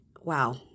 Wow